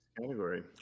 Category